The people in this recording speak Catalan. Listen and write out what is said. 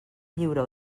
lliure